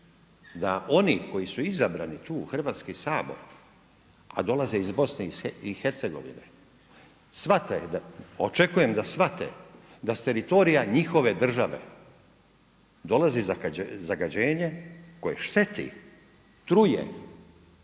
da oni koji su izbrani tu u Hrvatski sabor, a dolaze iz Bosne i Hercegovine, shvate, očekujem da shvate da s teritorija njihove države dolazi zagađenje koje šteti, truje